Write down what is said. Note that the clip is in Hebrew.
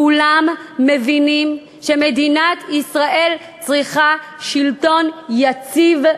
כולם מבינים שמדינת ישראל צריכה שלטון יציב,